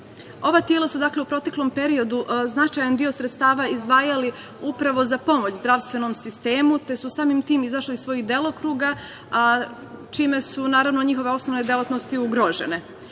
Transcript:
Ova tela su, dakle, u proteklom periodu značajan deo sredstava izdvajala upravo za pomoć zdravstvenom sistemu, te su samim tim izašla iz svojih delokruga, a čime su, naravno, njihove osnovne delatnosti ugrožene.